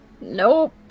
Nope